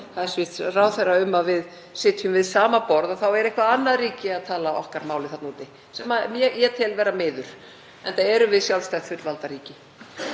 hæstv. ráðherra um að við sitjum við sama borð er eitthvert annað ríki að tala máli okkar þarna úti, sem ég tel vera miður, enda erum við sjálfstætt, fullvalda ríki.